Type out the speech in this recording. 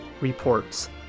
Reports